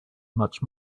much